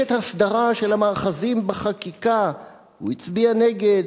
"נדרשת הסדרה של המאחזים בחקיקה"; הוא הצביע נגד.